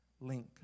link